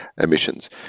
emissions